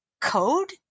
code